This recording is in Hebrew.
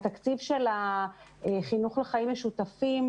התקציב של החינוך לחיים משותפים,